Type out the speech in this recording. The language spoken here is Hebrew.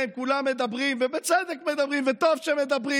כן, כולם מדברים, ובצדק מדברים, וטוב שמדברים,